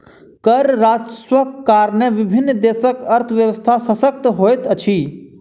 कर राजस्वक कारणेँ विभिन्न देशक अर्थव्यवस्था शशक्त होइत अछि